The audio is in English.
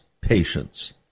patience